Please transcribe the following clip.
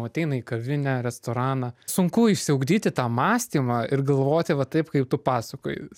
ateina į kavinę restoraną sunku išsiugdyti tą mąstymą ir galvoti va taip kaip tu pasakoji